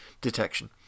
detection